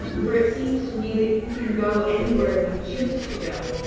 for it seems to me that you can go anywhere you choose to go,